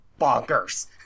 bonkers